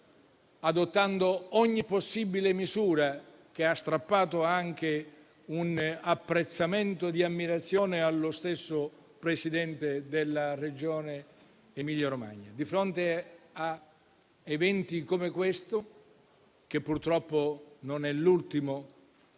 adottando ogni possibile misura, che ha strappato anche un apprezzamento di ammirazione da parte dello stesso Presidente della Regione Emilia-Romagna. Di fronte a eventi come quello che si è verificato, che purtroppo non sarà l'ultimo